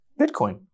Bitcoin